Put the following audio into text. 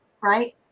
right